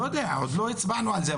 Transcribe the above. אני לא יודע, עוד לא הצבענו על זה.